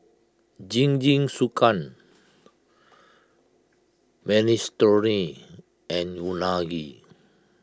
Jingisukan Minestrone and Unagi